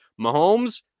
Mahomes